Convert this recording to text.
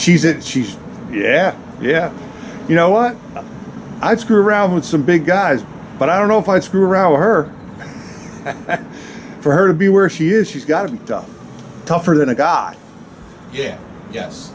she said she says yeah yeah you know what i'd screw around with some big guys but i don't know if i screw around her for her to be where she is she's got to be tougher than a guy yeah yes